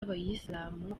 abayisilamu